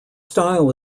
style